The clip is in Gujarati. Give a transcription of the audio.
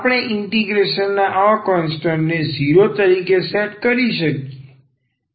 આપણે ઇન્ટીગ્રેશનના આ કોન્સ્ટન્ટ ને 0 તરીકે સેટ કરી શકીએ છીએ